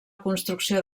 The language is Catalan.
construcció